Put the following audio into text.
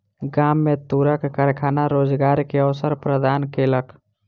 गाम में तूरक कारखाना रोजगार के अवसर प्रदान केलक